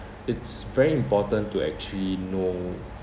it's very important to actually know